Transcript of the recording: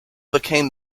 became